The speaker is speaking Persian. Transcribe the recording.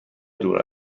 دور